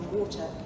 water